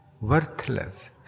worthless